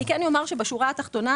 בשורה התחתונה,